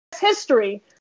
history